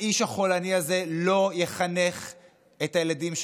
האיש החולני הזה לא יחנך את הילדים שלנו,